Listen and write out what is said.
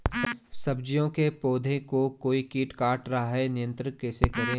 सब्जियों के पौधें को कोई कीट काट रहा है नियंत्रण कैसे करें?